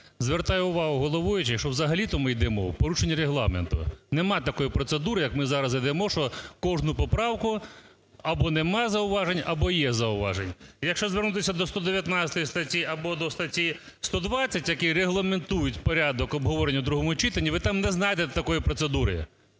Звертаю увагу головуючих, що взагалі-то ми йдемо в порушення Регламенту. Нема такої процедури, як ми зараз ідемо, що кожну поправку або немає зауважень, або є зауваження. Якщо звернутись до 119 статті або до статті 120, які регламентують порядок обговорення в другому читанні, ви та мне знайдете такої процедури,